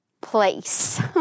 place